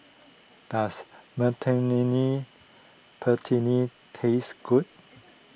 does taste good